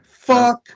Fuck